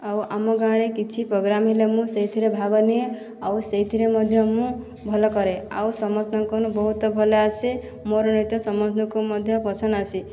ଆଉ ଆମ ଗାଁରେ କିଛି ପ୍ରୋଗ୍ରାମ ହେଲେ ମୁଁ ସେଇଥିରେ ଭାଗ ନିଏ ଆଉ ସେଇଥିରେ ମଧ୍ୟ ମୁଁ ଭଲ କରେ ଆଉ ସମସ୍ତଙ୍କନୁ ବହୁତ ଭଲ ଆସେ ମୋର ନୃତ୍ୟ ସମସ୍ତଙ୍କୁ ମଧ୍ୟ ପସନ୍ଦ ଆସେ